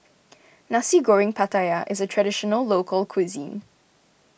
Nasi Goreng Pattaya is a Traditional Local Cuisine